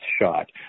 shot